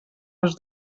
els